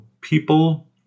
people